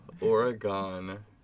Oregon